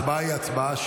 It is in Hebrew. תודה רבה.